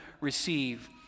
receive